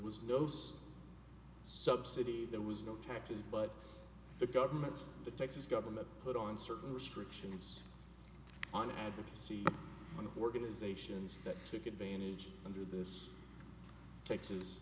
those subsidy there was no taxes but the governments the texas government put on certain restrictions on advocacy on the organizations that took advantage under this texas